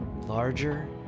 larger